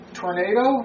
tornado